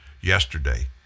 yesterday